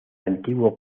antiguo